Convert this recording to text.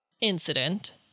incident